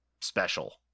special